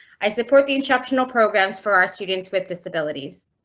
i support the instructional programs for our students with disabilities.